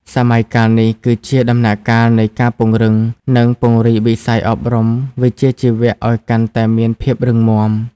សម័យកាលនេះគឺជាដំណាក់កាលនៃការពង្រឹង និងពង្រីកវិស័យអប់រំវិជ្ជាជីវៈឱ្យកាន់តែមានភាពរឹងមាំ។